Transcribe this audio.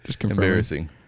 Embarrassing